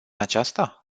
aceasta